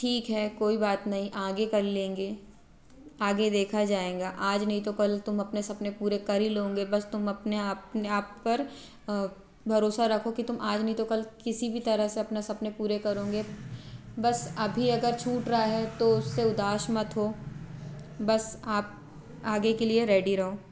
ठीक है कोई बात नहीं आगे कर लेंगे आगे देखा जाएगा आज नहीं तो कल तुम अपने सपने पूरे कर ही लोगे बस तुम अपने आप ने आप पर भरोसा रखो कि तुम आज नहीं तो कल किसी भी तरह से अपने सपने पूरे करोगे बस अभी अगर छूट रहा है तो उससे उदास मत हो बस आप आगे के लिए रेडी रहो